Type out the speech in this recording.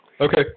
Okay